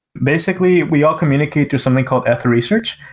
basically, we all communicate through something called ether research,